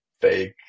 fake